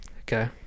okay